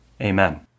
Amen